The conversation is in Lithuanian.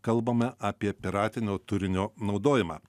kalbame apie piratinio turinio naudojimą